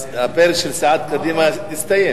הפרק של סיעת קדימה הסתיים.